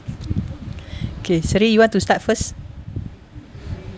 okay seri you want to start first